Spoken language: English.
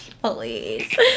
Please